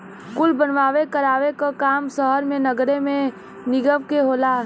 कुल बनवावे करावे क काम सहर मे नगरे निगम के होला